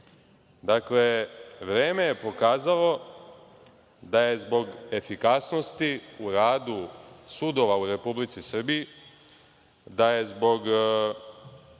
vreme je pokazalo da je zbog efikasnosti u radu sudova u Republici Srbiji, da je zbog